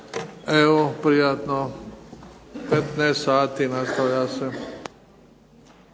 Evo, prijatno. U 15 sati nastavlja se.